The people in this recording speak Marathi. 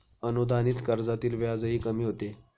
अनुदानित कर्जातील व्याजही कमी होते